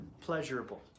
pleasurable